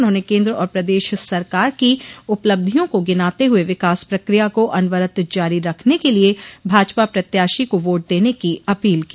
उन्होंने केन्द्र और प्रदेश सरकार की उपलब्धियों को गिनाते हुए विकास प्रक्रिया को अनवरत जारी रखने के लिये भाजपा प्रत्याशी को वोट देने की अपील की